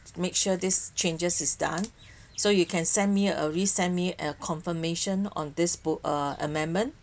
make sure these changes is done so you can send me err resend me a confirmation on this book~ err amendment